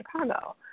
Chicago